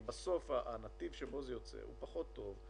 כי בסוף הנתיב שבו זה יוצא הוא פחות טוב,